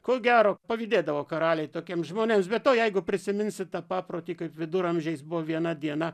ko gero pavydėdavo karaliai tokiems žmonėms be to jeigu prisiminsi tą paprotį kaip viduramžiais buvo viena diena